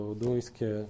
duńskie